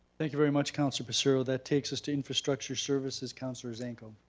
thank you very much councilor passero. that takes us to infrastructure services, councilor zanko.